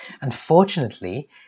Unfortunately